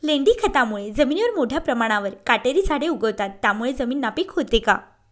लेंडी खतामुळे जमिनीवर मोठ्या प्रमाणावर काटेरी झाडे उगवतात, त्यामुळे जमीन नापीक होते का?